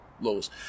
Laws